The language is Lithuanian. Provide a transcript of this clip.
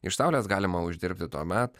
iš saulės galima uždirbti tuomet